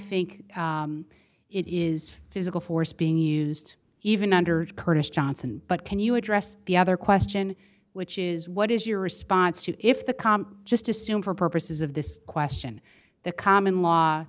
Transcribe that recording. think it is physical force being used even under curtis johnson but can you address the other question which is what is your response to if the comm just assume for purposes of this question the common law